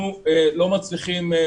אבל נכון להיום אנחנו לא מצליחים למצוא